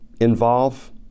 involve